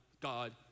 God